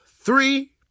three